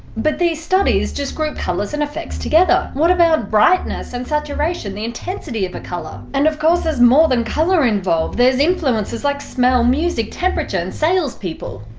but these studies just group colours and effects together. what about brightness and saturation, the intensity of a colour? and of course there's more than colour involved, there's influences like smell, music, temperature and salespeople.